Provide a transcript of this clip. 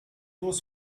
was